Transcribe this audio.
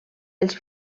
els